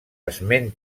esment